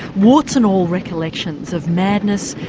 warts-and-all recollections of madness,